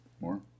More